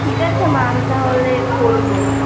ঠিক আছে মা আমি তাহলে করবো